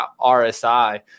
RSI